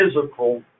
physical